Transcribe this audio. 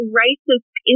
racist